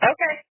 Okay